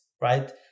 right